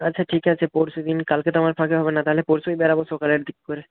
আচ্ছা ঠিক আছে পরশু দিন কালকে তো আমার ফাঁকা হবে না তাহলে পরশুই বেরোব সকালের দিক করে